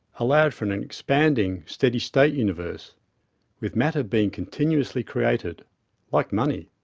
allowed for an and expanding, steady state universe with matter being continuously created like money.